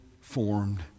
formed